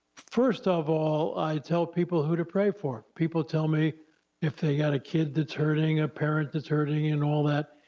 first of all, i tell people who to pray for, people tell me if they got a kid that's hurting, a parent that's hurting and all that,